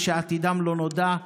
ועתידם לא נודע.